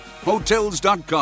Hotels.com